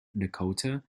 dakota